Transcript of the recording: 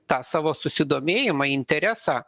tą savo susidomėjimą interesą